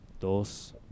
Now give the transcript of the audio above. Dos